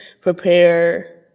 prepare